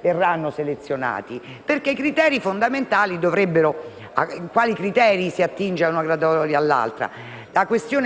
Il criterio